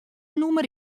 nûmer